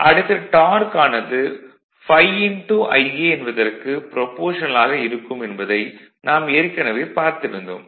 அடுத்து டார்க் ஆனது ∅Ia என்பதற்கு ப்ரபோஷனல் ஆக இருக்கும் என்பதை நாம் ஏற்கனவே பார்த்திருந்தோம்